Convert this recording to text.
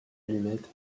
allumette